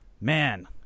Man